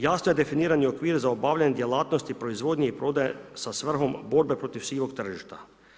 Jasno je definiran i okvir za obavljanje djelatnosti, proizvodnje i prodaje sa svrhom borbe protiv sivog tržišta.